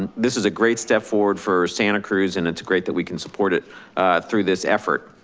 and this is a great step forward for santa cruz and it's great that we can support it through this effort.